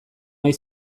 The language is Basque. nahi